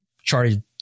charted